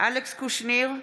אלכס קושניר,